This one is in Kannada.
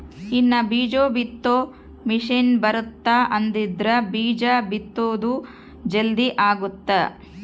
ಇನ್ನ ಬೀಜ ಬಿತ್ತೊ ಮಿಸೆನ್ ಬರುತ್ತ ಆದ್ರಿಂದ ಬೀಜ ಬಿತ್ತೊದು ಜಲ್ದೀ ಅಗುತ್ತ